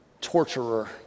torturer